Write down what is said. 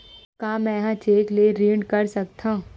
का मैं ह चेक ले ऋण कर सकथव?